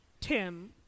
Tim